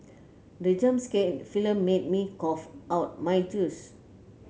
the jump scare in the film made me cough out my juice